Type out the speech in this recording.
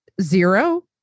Zero